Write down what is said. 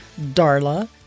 Darla